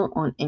on